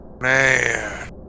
Man